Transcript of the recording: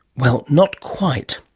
well, not quite.